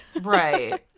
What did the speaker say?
right